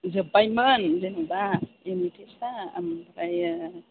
जोब्बायमोन जेनेबा इउनिटेस्तआ ओमफ्राय